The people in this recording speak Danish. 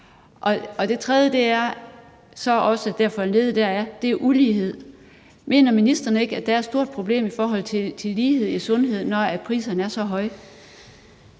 Det tredje, som så er foranlediget deraf, handler om ulighed. Mener ministeren ikke, at der er et stort problem i forhold til lighed i sundhed, når priserne er så høje?